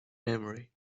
memory